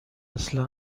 اصلا